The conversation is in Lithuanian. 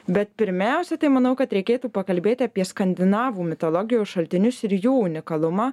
bet pirmiausia tai manau kad reikėtų pakalbėti apie skandinavų mitologijos šaltinius ir jų unikalumą